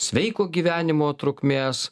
sveiko gyvenimo trukmės